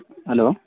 hello